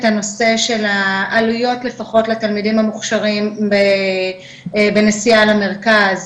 הנושא של העלויות לפחות לתלמידים המוכשרים בנסיעה למרכז,